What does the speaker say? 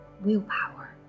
willpower